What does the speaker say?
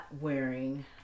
wearing